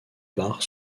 barre